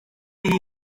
biri